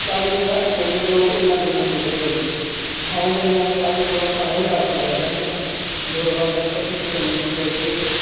ਚਾਲੀ ਪੰਜਾਹ ਕੁ ਕਿਲੋ ਉਹਨਾਂ ਦੇ ਨਿੰਬੂ ਹੈਗੇ ਨੇ ਆਉਂਦੇ ਨੇ ਸਾਡੇ ਕੋਲੋਂ ਘਰੋਂ ਵੀ ਆ ਕੇ ਲੈ ਜਾਂਦੇ ਨੇ ਲੋੜਵੰਦ ਅਸੀਂ ਕਿਤੇ ਮੰਡੀ ਲੈ ਕੇ ਨਹੀਂ ਗਏ